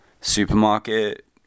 supermarket